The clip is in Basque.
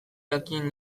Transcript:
jakin